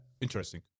interesting